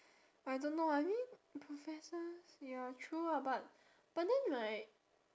I don't know I mean professors ya true ah but but then right